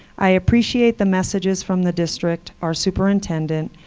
i appreciate the messages from the district, our superintendent,